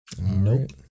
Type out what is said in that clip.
Nope